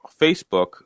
Facebook